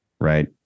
Right